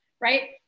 right